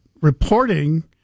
reporting